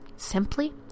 simply